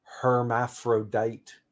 hermaphrodite